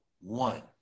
one